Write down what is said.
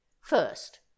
first